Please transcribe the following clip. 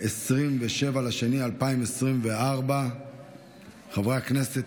27 בפברואר 2024. חברי הכנסת,